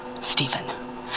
Stephen